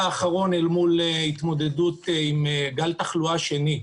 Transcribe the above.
אחרון אל מול התמודדות עם גל תחלואה שני.